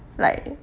like